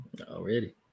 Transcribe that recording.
Already